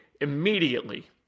immediately